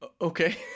okay